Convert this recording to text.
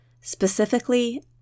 Specifically